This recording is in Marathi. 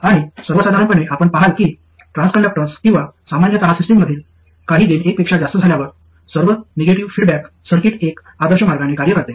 आणि सर्वसाधारणपणे आपण पहाल की ट्रान्सकंडक्टन्स किंवा सामान्यत सिस्टम मधील काही गेन एक पेक्षा जास्त झाल्यास सर्व निगेटिव्ह फीडबॅक सर्किट एक आदर्श मार्गाने कार्य करते